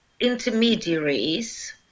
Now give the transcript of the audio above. intermediaries